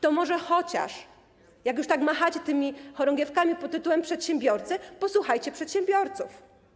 To może chociaż, jak już tak machacie tymi chorągiewkami pt. „przedsiębiorcy”, posłuchajcie przedsiębiorców.